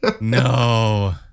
No